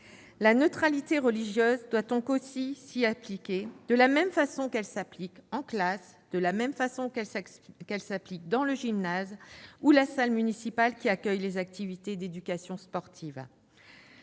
La neutralité religieuse doit donc aussi s'y appliquer, de la même façon qu'elle s'applique en classe, de la même façon qu'elle s'applique dans le gymnase ou la salle municipale accueillant les activités d'éducation sportive.